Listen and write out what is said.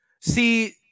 See